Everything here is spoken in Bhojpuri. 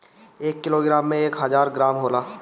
एक किलोग्राम में एक हजार ग्राम होला